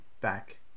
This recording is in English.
back